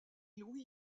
louis